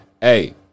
Hey